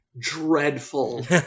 dreadful